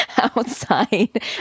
outside